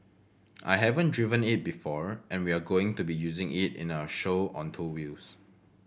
I haven't driven it before and we're going to be using it in our show on two wheels